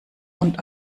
und